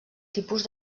tipus